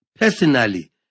Personally